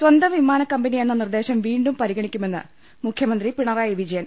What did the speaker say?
സ്വന്തം വിമാനക്കമ്പനി എന്ന് നിർദ്ദേശം വീണ്ടും പരിഗണിക്കു മെന്ന് മുഖ്യമന്ത്രി പിണറായി വിജയൻ